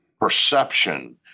perception